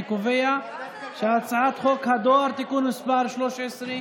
אני קובע שהצעת חוק הדואר (תיקון מס' 13),